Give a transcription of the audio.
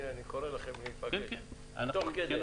הנה אני קורא לכם להיפגש, תוך כדי.